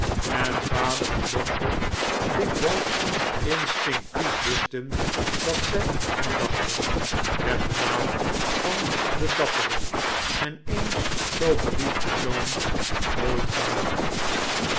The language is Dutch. en vader en dochter dikwijls instinctief wisten dat zij aan hem dachten werd de naam van den dapperen en eens zoo geliefden zoon nooit genoemd